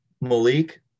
Malik